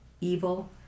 evil